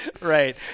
Right